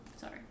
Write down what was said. Sorry